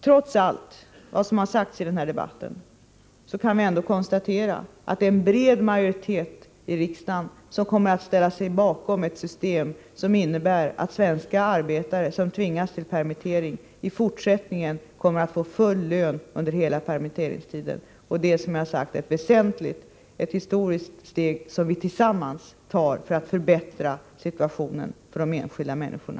Trots allt som har sagts i den här debatten kan vi ändå konstatera att en bred majoritet i riksdagen kommer att ställa sig bakom ett system som innebär att svenska arbetare som tvingas till permittering i fortsättningen kommer att få full lön under hela permitteringstiden. Det är, som jag sagt, ett historiskt steg som vi tillsammans tar för att förbättra situationen för de enskilda människorna.